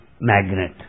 magnet